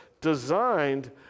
designed